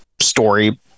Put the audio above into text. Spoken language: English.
story